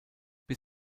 bis